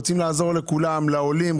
רוצים לעזור לכל העולים.